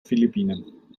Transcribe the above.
philippinen